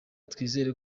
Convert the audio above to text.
twizere